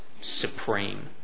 supreme